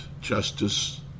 justice